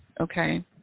okay